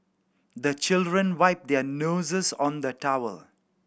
the children wipe their noses on the towel